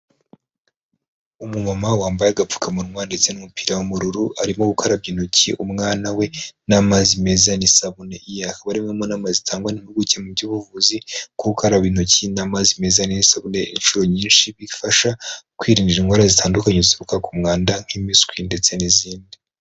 umumama wambaye agapfukamunwa ndetse n'umupira w'ubururu arimo gukarabya intoki, umwana we n'amazi meza n'isabune, akaba ari imwe mu nama zitangwa n'impuguke mu by'ubuvuzi ko gukaraba intoki n'amazi meza n'isabune inshuro nyinshi, bifasha kwirinda indwaro zitandukanye ziva ku mwanda nk'impiswi ndetse n'izindi.